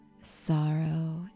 sorrow